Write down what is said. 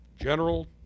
General